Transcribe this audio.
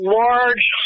large